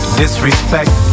disrespect